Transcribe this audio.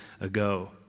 ago